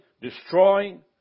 destroying